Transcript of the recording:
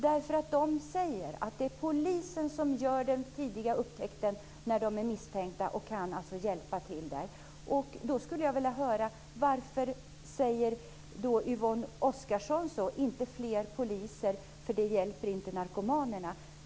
Från socialtjänsten säger man att det är polisen som gör den tidiga upptäckten när unga är misstänkta och kan alltså hjälpa dem. Varför säger då Yvonne Oscarsson att vi inte ska ha fler poliser därför att det inte hjälper narkomanerna?